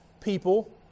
people